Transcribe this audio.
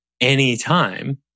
anytime